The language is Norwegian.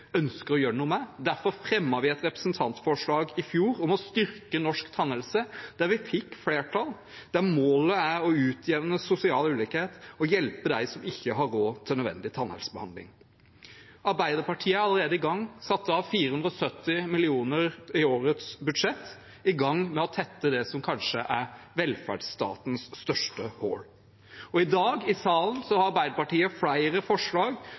ønsker å gjøre noe med. Derfor fremmet vi et representantforslag i fjor om å styrke norsk tannhelse, som fikk flertall, der målet er å utjevne sosial ulikhet og hjelpe dem som ikke har råd til nødvendig tannhelsebehandling. Arbeiderpartiet er allerede i gang med å tette det som kanskje er velferdsstatens største hull, og har satt av 470 mill. kr i årets budsjett. I dag har Arbeiderpartiet flere forslag